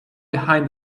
behind